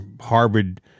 Harvard